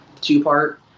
two-part